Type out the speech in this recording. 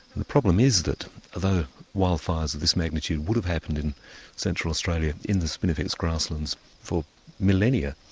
the problem is that although wildfires of this magnitude would have happened in central australia in the spinifex grasslands for millennia